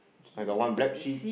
I got one black sheep